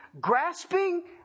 grasping